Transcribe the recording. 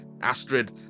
Astrid